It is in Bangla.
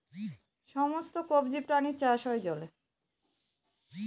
সমস্ত কবজি প্রাণীর চাষ হয় জলে